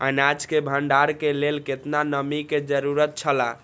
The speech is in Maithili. अनाज के भण्डार के लेल केतना नमि के जरूरत छला?